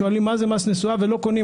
שואלים מה זה מס נסועה, ולא קונים.